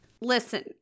Listen